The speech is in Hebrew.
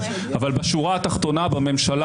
אבל אתה מחזק במקומות